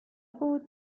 بود